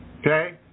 okay